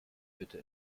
bitte